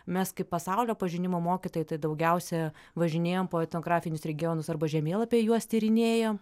mes kaip pasaulio pažinimo mokytojai tai daugiausia važinėjom po etnografinius regionus arba žemėlapyje juos tyrinėjom